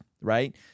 right